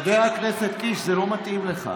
חבר הכנסת קיש, זה לא מתאים לך.